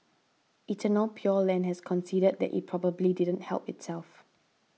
Eternal Pure Land has conceded that it probably didn't help itself